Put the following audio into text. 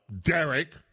Derek